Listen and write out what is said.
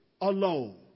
alone